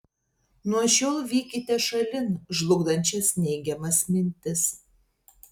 nuo šiol vykite šalin žlugdančias neigiamas mintis